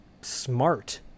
smart